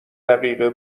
دقیقه